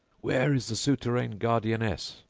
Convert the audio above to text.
where is the souterrain guardianess,